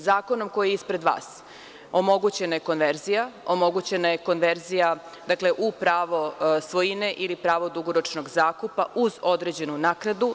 Zakonom koji je ispred vas omogućena je konverzija, omogućena je konverzija, dakle, u pravo svojine ili pravo dugoročnog zakupa uz određenu naknadu.